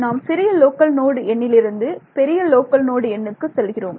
நாம் சிறிய local node எண்ணிலிருந்து பெரிய லோக்கல் நோடு எண்ணுக்கு செல்கிறோம்